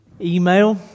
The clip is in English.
email